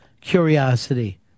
curiosity